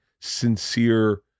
sincere